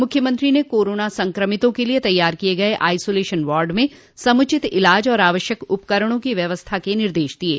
मूख्यमंत्री ने कोरोना संक्रमितों के लिये तैयार किये गये आइसोलेशन वार्ड में समुचित इलाज और आवश्यक उपकरणों की व्यवस्था करने के निर्देश दिये